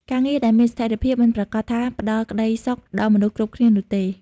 ការងារដែលមានស្ថិរភាព មិនប្រាកដថាផ្តល់ក្តីសុខដល់មនុស្សគ្រប់គ្នានោះទេ។